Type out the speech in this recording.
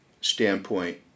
standpoint